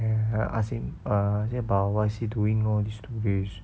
eh I ask him uh I say about what's he doing lor these two days